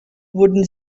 wurden